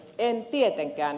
en tietenkään